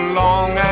long